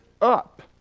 up